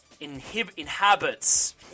inhabits